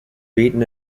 beaten